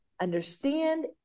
understand